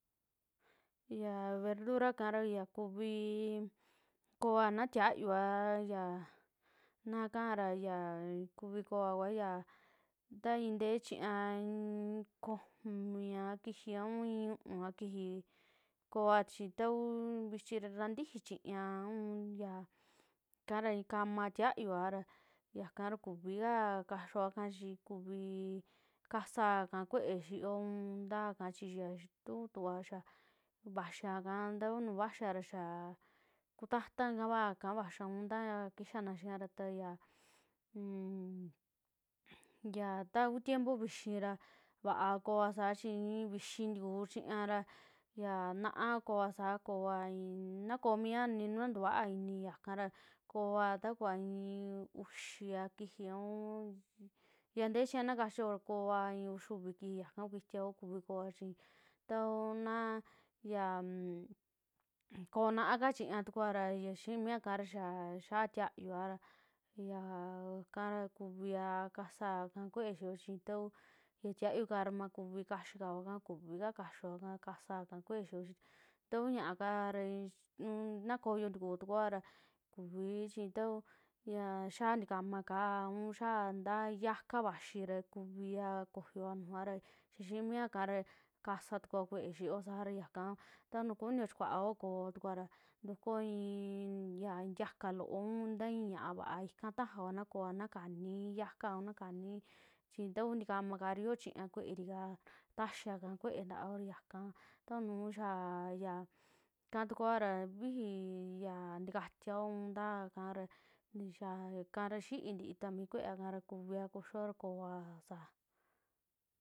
Yaa verdura kara yaa kuvii kooa na tiayuaa ya nakaara, ya kuvi kooa kua ya tai'i ntee chiña i'i komia kijii, ai u'un va kijii koa chi taku vichira ntatiji chiña un ya kara kama tiayuara, yakara kuivika kaxioaka chi kuvii kasaka kue'e xioo oun taka chi ya tutuva xa vaxiiaka ta nu vaxiia ra xaara kutata kaba vaxia ntaa kaa kixaana xiakara ta yaa unmm ya ta kuu tiempo vixii ra vaa kooa saa chi i;i vixii ntikuu chiñara, yaa na'a kooasa. kooa in na koomia ni na tuvaa ini yakara kooa ta kuvaa i'i uxia kijii aun ya tee chiña na kachio koaa i'i uxuvi kiji yaka kitivaa kua kuvii koa chi tao na yan koo naaka chiñatukua ra ya xii miakara xaa xiaa tiayuuara ñakara kuviaa kasaa ka kuee xio chitaku ñaa tiayuuka ra makuvi kaxikao ika, kuvii ka kaxioaika kasaka kuee yii taku ñaa kaa raa nnakoyo ntikutukoa ra kuvii chi tau xiaa ntikamaka, un taka xiaka vaxii ra kuvia koyoa nujua ra xaa ximiakara kasatukua kuee xioo sara yaka ta nuu kunio chikuoa koaa ntukuo i'i nya ntiaka loo ou nta i'i ña'a vaa ika tajaoa na koa na kuva, na kanii yakaa, a na kani chi ta kuu ntikamaka yoo chiiña kueerikar taxiaka kuee ntaoo, yaka tanu xia ya yaka tukuoa ra viji ntiaoa untaa ikara ika xi'i ntii tuku ta mi kueea kara kuviaa kuxioa koaa saa.